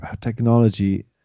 technology